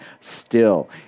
still